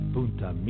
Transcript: Punta